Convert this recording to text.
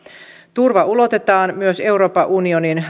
turva ulotetaan myös euroopan unionin